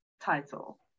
title